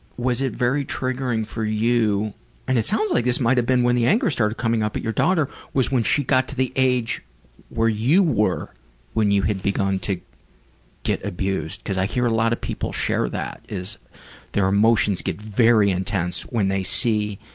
was it very triggering for you and it sounds like this might have been when the anger started coming up at your daughter, was she got to be the age where you were when you had begun to get abused because i hear a lot of people share that, is their emotions get very intense when they see